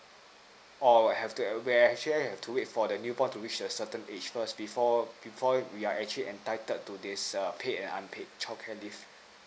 or have to where she has to wait for the newborn to reach a certain age first before before we are actually entitled to this err paid and unpaid childcare leave